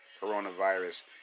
coronavirus